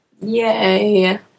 Yay